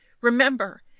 Remember